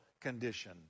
condition